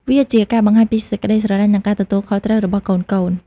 វាជាការបង្ហាញពីសេចក្តីស្រឡាញ់ និងការទទួលខុសត្រូវរបស់កូនៗ។